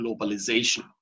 globalization